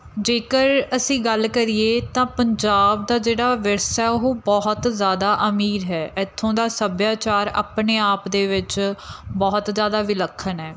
ਜੇਕਰ ਅਸੀਂ ਗੱਲ ਕਰੀਏ ਤਾਂ ਪੰਜਾਬ ਦਾ ਜਿਹੜਾ ਵਿਰਸਾ ਉਹ ਬਹੁਤ ਜ਼ਿਆਦਾ ਅਮੀਰ ਹੈ ਇੱਥੋਂ ਦਾ ਸੱਭਿਆਚਾਰ ਆਪਣੇ ਆਪ ਦੇ ਵਿੱਚ ਬਹੁਤ ਜ਼ਿਆਦਾ ਵਿਲੱਖਣ ਹੈ